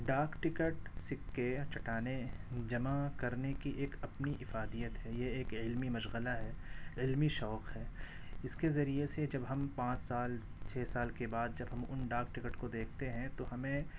ڈاک ٹکٹ سکے چٹانیں جمع کرنے کی ایک اپنی افادیت ہے یہ ایک علمی مشغلہ ہے علمی شوق ہے اس کے ذریعے سے جب ہم پانچ سال چھ سال کے بعد جب ہم ان ڈاک ٹکٹ کو دیکھتے ہیں تو ہمیں